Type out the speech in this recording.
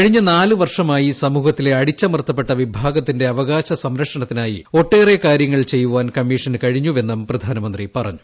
കഴിഞ്ഞ നാല് വർഷമായി സമൂഹത്തിലെ അടിച്ചമർത്തപ്പെട്ട വിഭാഗത്തിന്റെ അവകാശ സംരക്ഷണത്തിനായി ഒട്ടേറെ കാര്യങ്ങൾ ചെയ്യുവാൻ കമ്മീഷന് കഴിഞ്ഞുവെന്നും പ്രധാനമന്ത്രി പറഞ്ഞു